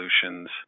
Solutions